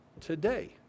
today